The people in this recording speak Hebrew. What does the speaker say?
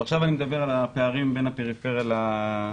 עכשיו אני מדבר על הפערים בין הפריפריה למרכז.